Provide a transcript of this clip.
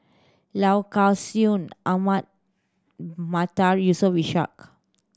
Low Kway Song Ahmad Mattar Yusof Ishak